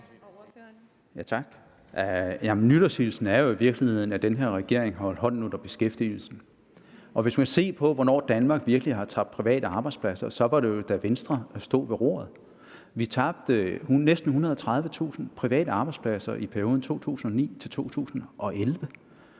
nytårshilsenen er jo i virkeligheden, at den her regering har holdt hånden under beskæftigelsen. Hvis man ser på, hvornår Danmark virkelig har tabt private arbejdspladser, var det, da Venstre stod ved roret. Vi tabte næsten 130.000 private arbejdspladser i perioden 2009-2011.